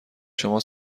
شما